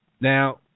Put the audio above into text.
Now